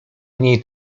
niej